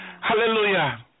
Hallelujah